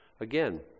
Again